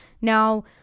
Now